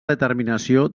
determinació